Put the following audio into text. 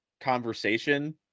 conversation